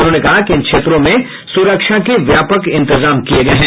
उन्होंने कहा कि इन क्षेत्रों में सुरक्षा के व्यापक इंतजाम किये गये हैं